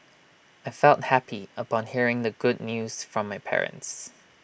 I felt happy upon hearing the good news from my parents